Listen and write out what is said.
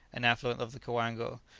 an affluent of the coango,